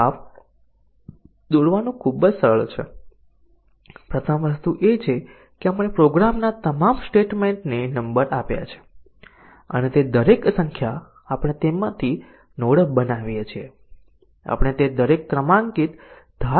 branch coverage એ statement coverage કરતા વધુ મજબૂત ટેસ્ટીંગ છે અને અહીં જુઓ MC DC કન્ડિશન ના ડીસીઝન ના કવરેજ કરતાં વધુ મજબૂત છે